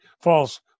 false